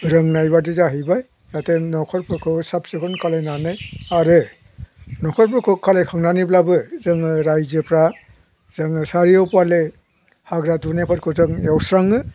रोंनायबादि जाहैबाय नाथाय न'खरफोरखौ साब सिखोन खालामनानै आरो न'खरफोरखौ खालामखांनानैब्लाबो जोङो रायजोफ्रा जोङो सारिय'फाले हाग्रा दुनायफोरखौ एवस्राङो